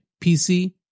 PC